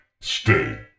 Stay